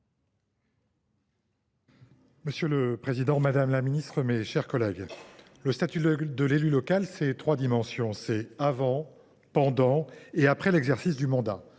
Monsieur le président, madame la ministre, mes chers collègues, le statut de l’élu local recouvre trois périodes : avant, pendant et après l’exercice du mandat.